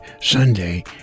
Sunday